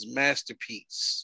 masterpiece